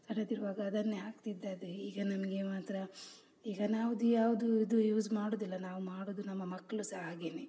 ಸಣ್ಣದ್ದಿರುವಾಗ ಅದನ್ನೇ ಹಾಕ್ತಿದ್ದದ್ದು ಈಗ ನಮಗೆ ಮಾತ್ರ ಈಗ ನಾವು ಯಾವುದು ಇದು ಯೂಸ್ ಮಾಡುವುದಿಲ್ಲ ನಾವು ಮಾಡುವುದು ನಮ್ಮ ಮಕ್ಕಳು ಸಹ ಹಾಗೆಯೇ